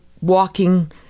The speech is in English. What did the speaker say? walking